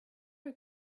who